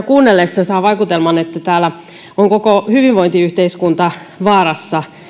kuunnellessa saa vaikutelman että täällä on koko hyvinvointiyhteiskunta vaarassa